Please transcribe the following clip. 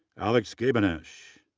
alex gabennesch,